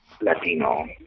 Latino